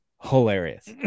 hilarious